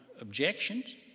objections